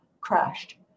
crashed